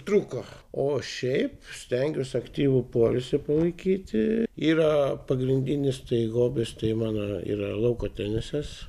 trūko o šiaip stengiuos aktyvų poilsį palaikyti yra pagrindinis tai hobis tai mano yra lauko tenisas